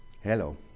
hello